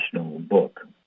book